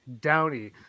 Downey